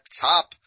top